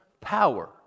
power